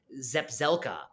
Zepzelka